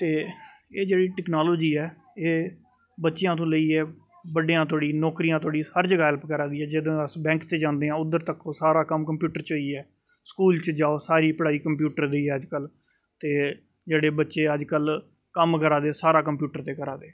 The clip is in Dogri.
ते एह् जेह्ड़ी टैक्नालोजी ऐ एह् बच्चेंआं तूं लेइयै बड्डेआं धोड़ी नौकरियां धोडी हर जगह् हैल्प करा दी ऐ जदूं अस बैंक च जांदे आ उद्धर च दिक्खो सारा कम्म कंप्यूटर च होई आ स्कूल च जाओ सारी पढ़ाई कप्यूटर दी ऐ अज्ज कल ते जेह्ड़े बच्चे अज्ज कल कम्म करा दे सारा कंप्यूटर ते करा दे